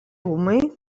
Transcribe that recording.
rūmai